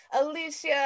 Alicia